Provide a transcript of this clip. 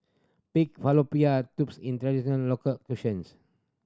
pig tubes is local cuisines